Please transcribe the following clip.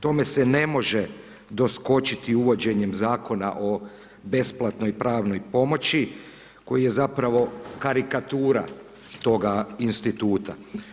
Tome se ne može doskočiti uvođenje Zakona o besplatnoj pravnoj pomoći koji je zapravo karikatura toga instituta.